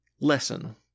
lesson